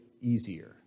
easier